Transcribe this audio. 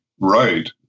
right